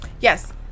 Yes